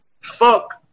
Fuck